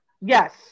Yes